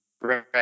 Right